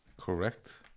Correct